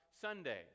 sunday